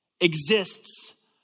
exists